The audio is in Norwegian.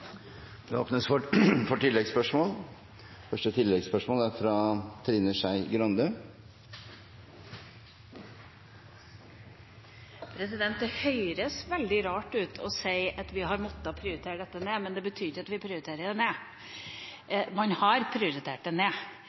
Det åpnes for oppfølgingsspørsmål – først Trine Skei Grande. Det høres veldig rart ut å si at vi har måttet prioritere dette ned, men det betyr ikke at vi prioriterer det ned. Man har prioritert det ned.